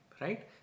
Right